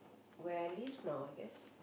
where I lives now I guess